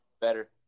better